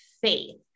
faith